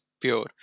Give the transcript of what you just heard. pure